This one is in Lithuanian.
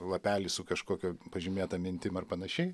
lapelį su kažkokia pažymėta mintim ar panašiai